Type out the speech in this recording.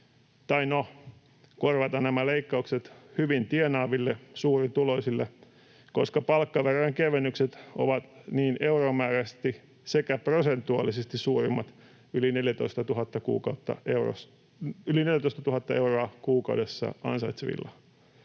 tai no, korvataan nämä leikkaukset hyvin tienaaville, suurituloisille, koska palkkaverojen kevennykset ovat niin euromääräisesti kuin prosentuaalisesti suurimmat yli 14 000 euroa kuukaudessa ansaitsevilla